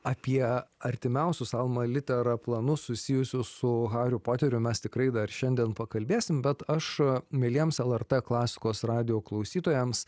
apie artimiausius alma litera planus susijusius su hariu poteriu mes tikrai dar šiandien pakalbėsim bet aš mieliems lrt klasikos radijo klausytojams